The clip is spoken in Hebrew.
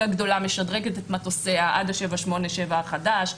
הגדולה משדרגת את מטוסיה עד ה-787 החדש,